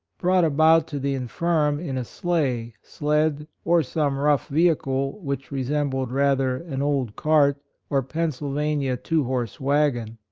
brought about to the infirm in a sleigh, sled, or some rough vehicle which resembled rather an old cart or pennsylvania two horse wagon.